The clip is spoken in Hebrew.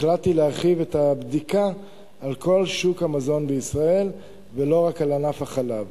החלטתי להרחיב את הבדיקה על כל שוק המזון בישראל ולא רק על ענף החלב.